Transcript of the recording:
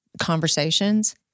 conversations